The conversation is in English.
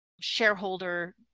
shareholder